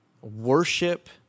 worship